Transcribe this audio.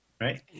right